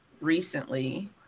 recently